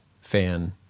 fan